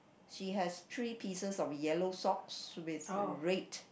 she has three pieces of yellow socks with red